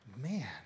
man